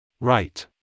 Right